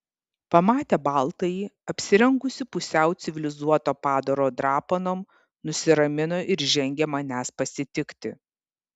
pamatę baltąjį apsirengusį pusiau civilizuoto padaro drapanom nusiramino ir žengė manęs pasitikti